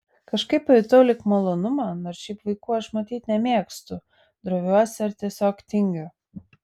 kažkaip pajutau lyg malonumą nors šiaip vaikų aš matyt nemėgstu droviuosi ar tiesiog tingiu